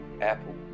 Apple